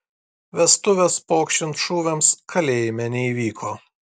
vestuvės pokšint šūviams kalėjime neįvyko